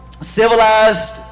civilized